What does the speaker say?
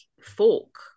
folk